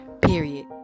Period